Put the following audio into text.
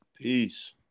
Peace